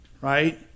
right